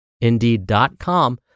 indeed.com